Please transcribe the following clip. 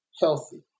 healthy